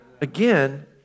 again